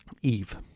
Eve